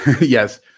yes